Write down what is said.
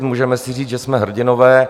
Můžeme si říct, že jsme hrdinové.